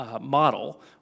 model